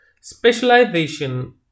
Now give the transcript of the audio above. Specialization